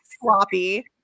sloppy